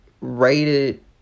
rated